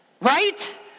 right